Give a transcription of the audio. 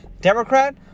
Democrat